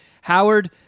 Howard